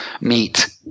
meet